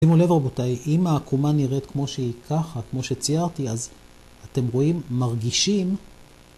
שימו לב רבותיי, אם העקומה נראית כמו שהיא ככה, כמו שציירתי, אז אתם רואים, מרגישים